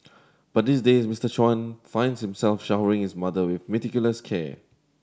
but these days Mister Chan finds himself showering his mother with meticulous care